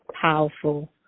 powerful